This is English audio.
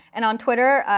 and on twitter,